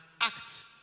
act